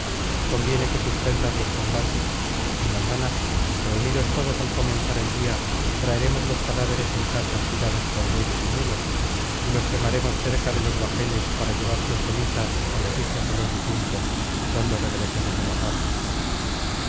conviene que suspendas los combates y mañana reunidos todos al comenzar del día traeremos los cadáveres en carros tirados por bueyes y mulos y los quemaremos cerca de los bajeles para llevar sus cenizas á los hijos de los difuntos cuando regresemos á la patria